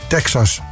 Texas